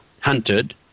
hunted